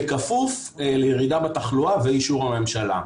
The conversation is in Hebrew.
בכפוף לירידה בתחלואה ואישור הממשלה.